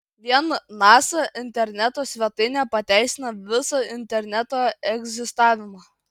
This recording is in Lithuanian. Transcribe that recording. vien nasa interneto svetainė pateisina visą interneto egzistavimą